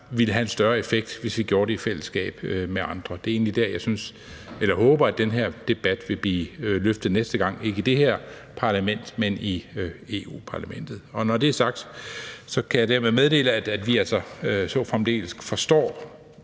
ville have en større effekt, hvis vi gjorde det i fællesskab med andre. Det er der, jeg egentlig håber at den her debat vil blive løftet næste gang, altså ikke i det her parlament, men i Europa-Parlamentet. Når det er sagt, kan jeg meddele, at vi altså således forstår